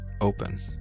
open